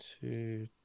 two